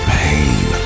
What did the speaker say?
pain